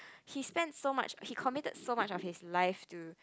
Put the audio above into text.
he spent so much he committed so much of his life to